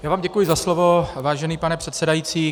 Já vám děkuji za slovo, vážený pane předsedající.